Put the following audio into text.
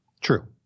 True